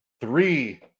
three